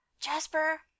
Jasper